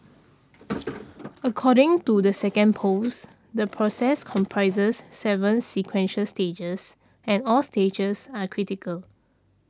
according to the second post the process comprises seven sequential stages and all stages are critical